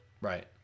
Right